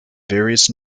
various